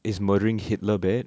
is murdering hitler bad